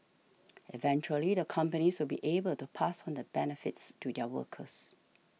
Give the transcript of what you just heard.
eventually the companies will be able to pass on the benefits to their workers